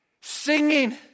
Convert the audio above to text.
singing